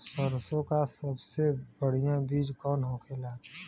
सरसों का सबसे बढ़ियां बीज कवन होखेला?